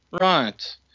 Right